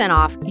off